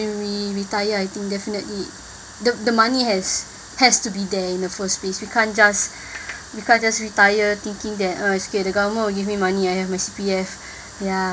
when we retire I think definitely the the money has has to be there in the first place you can't just you can't just retire thinking that uh it's okay the government will give me money I have my C_P_F ya